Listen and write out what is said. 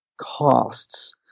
costs